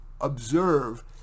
observe